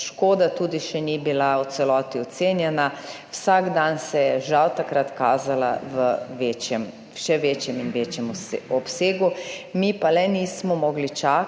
škoda tudi še ni bila v celoti ocenjena, vsak dan se je žal takrat kazala v še večjem in večjem obsegu, mi pa le nismo mogli čakati